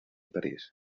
parís